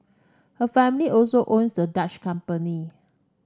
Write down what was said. her family also owns the Dutch company